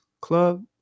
Club